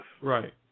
Right